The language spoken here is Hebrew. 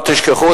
אל תשכחו,